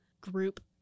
group